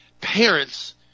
parents